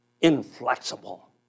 inflexible